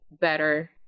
better